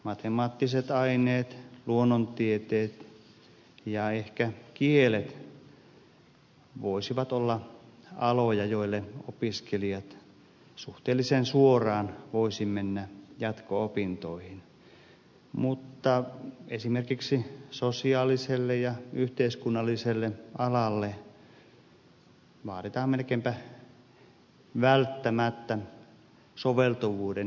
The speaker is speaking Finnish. matemaattiset aineet luonnontieteet ja ehkä kielet voisivat olla aloja joille opiskelijat suhteellisen suoraan voisivat mennä jatko opintoihin mutta esimerkiksi sosiaaliselle ja yhteiskunnalliselle alalle vaaditaan melkeinpä välttämättä soveltuvuuden mittaamista